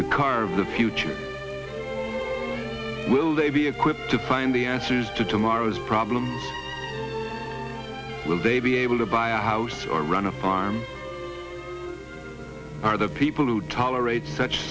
to car of the future will they be equipped to find the answers to tomorrow's problem will they be able to buy a house or run a farm are the people who tolerate such